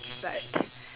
but